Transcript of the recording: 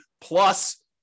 plus